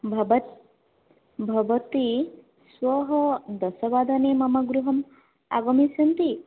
भवत् भवती श्वः दशवादने मम गृहं आगमिष्यन्ति